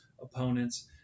opponents